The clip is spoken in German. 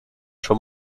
schon